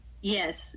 yes